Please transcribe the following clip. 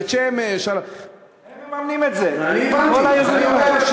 על בית-שמש, הם מממנים את זה, כל היוזמים האלה.